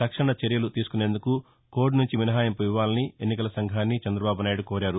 తక్షణ చర్యలు తీసుకొనేందుకు కోద్ నుంచి మినహాయింపు ఇవ్వాలని ఎన్నికల సంఘాన్ని చంద్రబాబు కోరారు